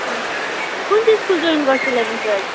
कुन चाहिँ स्कुल जइन गर्छौ इलेभेन टुवेल्भ